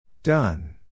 Done